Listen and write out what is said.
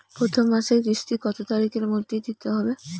প্রথম মাসের কিস্তি কত তারিখের মধ্যেই দিতে হবে?